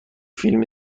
فیلم